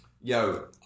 yo